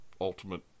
Ultimate